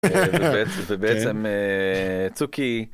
ובעצם צוקי.